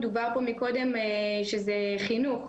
דובר פה מקודם שזה חינוך,